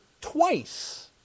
twice